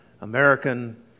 American